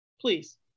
please